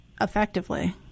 effectively